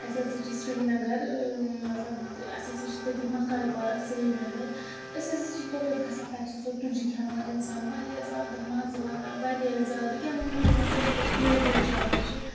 اَسہِ ہَسا چھِ سرینَگر مطلب اَسہِ ہَسا چھِ تٔتی مَکاے پارَک سرینَگرٕے أسۍ ہَسا چھِ توٚتَتھ گَژھان تَتہِ چھِ سۄ تُجہِ کھیٚوان اِنسان واریاہ زیادٕ مَزٕ لَگان واریاہ زیادٕ بہٕ کیٛاہ وَنہو تۄہہِ مےٚ کۄس کۄس فیورِٹ جاے چھِ